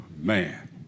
man